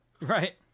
Right